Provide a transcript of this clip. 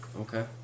Okay